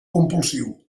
compulsiu